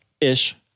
Ish